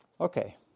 Okay